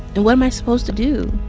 and what am i supposed to do?